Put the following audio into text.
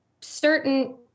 certain